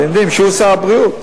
אתם יודעים שהוא שר הבריאות.